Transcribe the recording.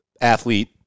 athlete